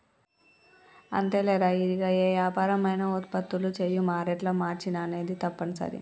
అంతేలేరా ఇరిగా ఏ యాపరం అయినా ఉత్పత్తులు చేయు మారేట్ల మార్చిన అనేది తప్పనిసరి